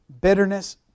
bitterness